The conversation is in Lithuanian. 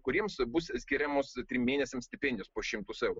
kuriems bus skiriamos trim mėnesiams stipendijos po šimtus eurų